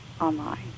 online